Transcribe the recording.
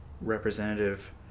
Representative